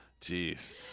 Jeez